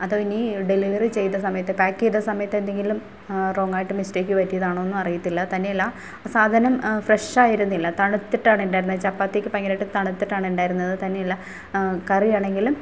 അതോ ഇനി ഡെലിവറി ചെയ്ത സമയത്ത് പായ്ക്ക് ചെയ്ത സമയത്ത് എന്തെങ്കിലും റോങ്ങായിട്ട് മിസ്റ്റേക്ക് പറ്റിയതാണോയെന്ന് അറിയത്തില്ല തന്നെയല്ല സാധനം ഫ്രഷായിരുന്നില്ല തണുത്തിട്ടാണ് ഉണ്ടായിരുന്ന ചപ്പാത്തിയൊക്കെ ഭയങ്കരമായിട്ട് തണുത്തിട്ടാണ് ഉണ്ടായിരുന്നത് തന്നെയല്ല കറിയാണെങ്കിലും